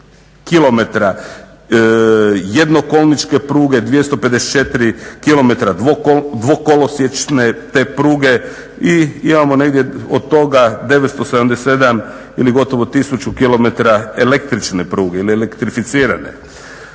jednokolničke pruge, 254 km dvokolosječne te pruge i imamo negdje od toga 977 ili gotovo 1000 km električne pruge ili ektrificirane.